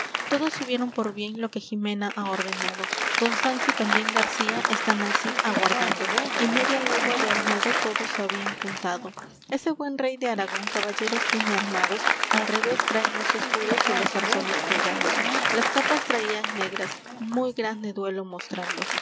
todos hubieron por bien lo que jimena ha ordenado don sancho y también garcía están al cid aguardando y media legua de olmedo todos se habían juntado ese buen rey de aragón caballeros tiene armados al revés traen los escudos de los arzones colgados las capas traían negras muy grande duelo mostrando